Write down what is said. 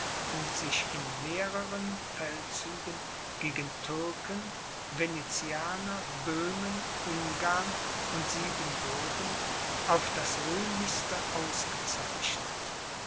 sich in mehreren feldzügen gegen türken venetianer böhmen ungarn und siebenbürgen auf das rühmlichste ausgezeichnet